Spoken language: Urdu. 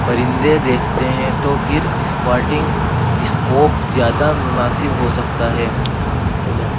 پرندے دیکھتے ہیں تو پھر اسپارٹنگ اسکوپ زیادہ مناسب ہو سکتا ہے بجٹ